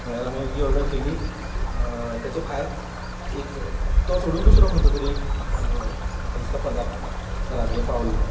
म्हमल्यार हांवें जी ऑर्डर केल्ली ताच्या भायर एक तो सोडून दुसरो खंयचो तरी म्हाका दिसता पदार्त घरा कडेन पाविल्लो